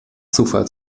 zufall